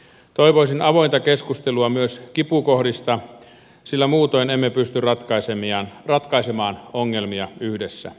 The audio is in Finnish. toivoisin avointa keskustelua myös kipukohdista sillä muutoin emme pysty ratkaisemaan ongelmia yhdessä